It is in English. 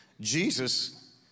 Jesus